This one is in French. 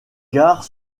gare